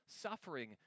suffering